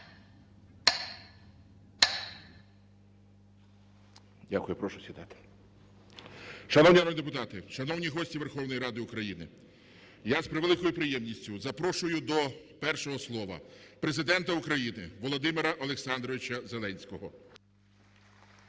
Дякую і прошу сідати. Шановні народні депутати, шановні гості Верховної Ради України, я з превеликою приємністю запрошую до першого слова Президента України Володимира Олександровича Зеленського.